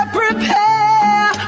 prepare